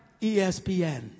ESPN